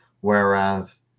whereas